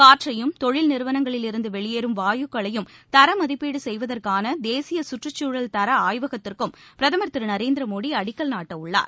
காற்றையும் தொழில் நிறுவனங்களில் இருந்து வெளியேறும் வாயுக்களையும் தர மதிப்பீடு செய்வதற்கான தேசிய கற்றுச்சூழல் தர ஆய்வகத்திற்கும் பிரதமர் திரு நரேந்திர மோடி அடிக்கல் நாட்டவுள்ளார்